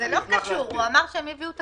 אמר שהם יביאו תקנות.